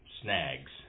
snags